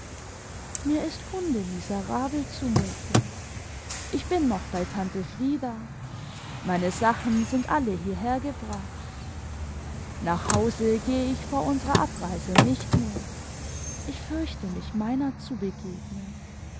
mir ist hundemiserabel zumute ich bin noch bei tante frieda meine sachen sind alle hierhergebracht nach hause geh ich vor imserer abreise nicht mehr ich fürchte mich meinert zu begegnen